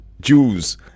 Jews